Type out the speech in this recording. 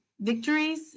victories